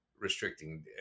restricting